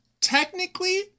technically